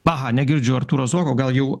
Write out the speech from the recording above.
aha negirdžiu artūro zuoko gal jau